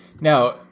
Now